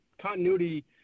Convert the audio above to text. continuity